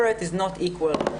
separate is not equal.